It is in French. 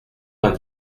vingt